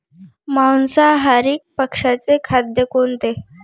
मांसाहारी पक्ष्याचे खाद्य कोणते?